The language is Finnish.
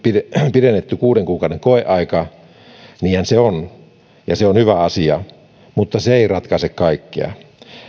pidennetty kuuden kuukauden koeaika niinhän se on ja se on hyvä asia mutta se ei ratkaise kaikkea